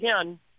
again